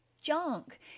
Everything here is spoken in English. junk